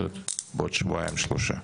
בעוד שבועיים-שלושה.